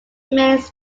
remains